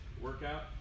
workout